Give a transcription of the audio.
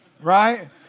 Right